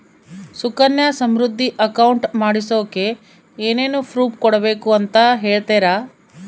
Sukanya Samriddhi account ಮಾಡಿಸೋಕೆ ಏನೇನು proof ಕೊಡಬೇಕು ಅಂತ ಹೇಳ್ತೇರಾ?